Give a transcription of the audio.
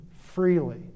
freely